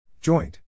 Joint